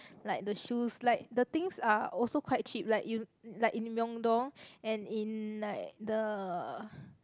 like the shoes like the things are also quite cheap like you like in Myeongdong and in like the